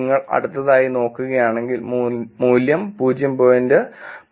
നിങ്ങൾ അടുത്തതായി നോക്കുകയാണെങ്കിൽ മൂല്യം 0